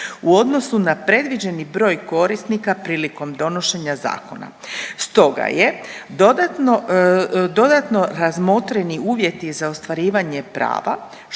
u odnosu na predviđeni broj korisnika prilikom donošenja zakona. Stoga je dodatno razmotreni uvjeti za ostvarivanje prava